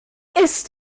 ist